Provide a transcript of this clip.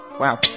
Wow